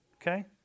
okay